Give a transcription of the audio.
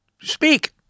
speak